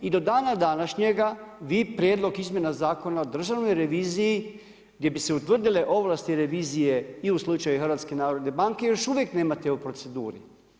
I do dana današnjega vi prijedlog izmjena Zakona o državnoj reviziji gdje bi se utvrdile ovlasti revizije i u slučaju Hrvatske narodne banke još uvijek nemate u proceduri.